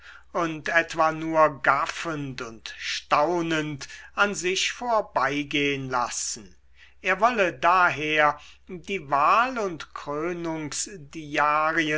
und etwa nur gaffend und staunend an sich vorbeigehen lassen er wolle daher die wahl und